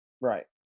Right